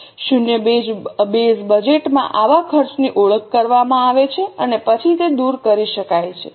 શૂન્ય બેઝ બજેટમાં આવા ખર્ચની ઓળખ કરવામાં આવે છે અને પછી તે દૂર કરી શકાય છે